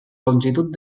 longitud